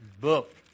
book